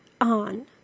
on